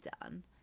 done